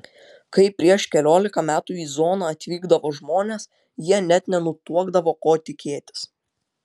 kai prieš keliolika metų į zoną atvykdavo žmonės jie net nenutuokdavo ko tikėtis